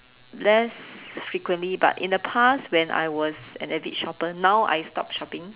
less frequently but in the past when I was an avid shopper now I stopped shopping